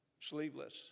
sleeveless